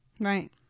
right